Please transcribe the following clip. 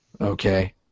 Okay